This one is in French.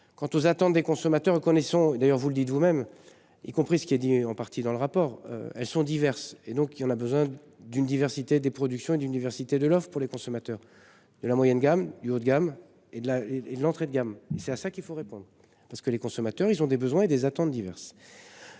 en partie dans le rapport. Elles sont diverses et donc il en a besoin d'une diversité des productions et d'une diversité de l'offre pour les consommateurs. De la moyenne gamme du haut de gamme et de la et et l'entrée de gamme et c'est à ça qu'il faut répondre parce que les consommateurs ils ont des besoins et des attentes diverses.